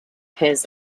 his